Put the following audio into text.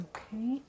Okay